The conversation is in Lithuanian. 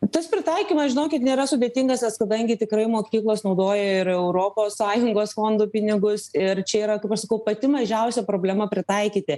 tas pritaikymas žinokit nėra sudėtingas nes kadangi tikrai mokyklos naudoja ir europos sąjungos fondų pinigus ir čia yra aš sakau pati mažiausia problema pritaikyti